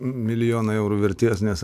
milijonai eurų vertės nes